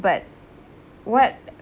but what